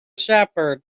shepherd